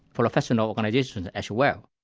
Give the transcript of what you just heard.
professional organisations as well.